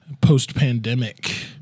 post-pandemic